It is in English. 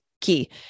key